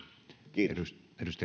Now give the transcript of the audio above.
kiitos